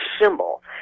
symbol